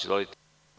Izvolite.